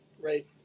right